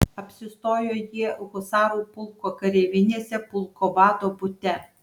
apsistojo jie husarų pulko kareivinėse pulko vado bute